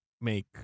make